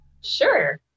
Sure